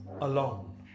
alone